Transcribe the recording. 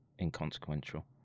inconsequential